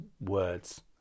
words